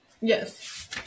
Yes